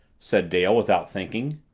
said dale without thinking.